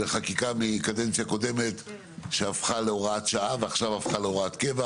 מי שבנושאים אחרים כרגע זה לא,